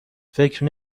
فکر